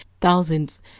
thousands